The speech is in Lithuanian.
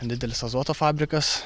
didelis azoto fabrikas